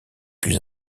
plus